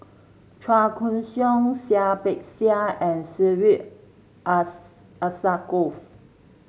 Chua Koon Siong Seah Peck Seah and Syed Alsagoff